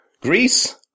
Greece